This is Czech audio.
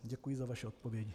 Děkuji za vaše odpovědi.